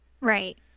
Right